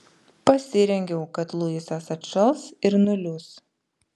pasirengiau kad luisas atšals ir nuliūs